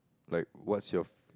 like what's your